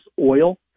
oil